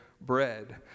bread